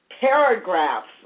paragraphs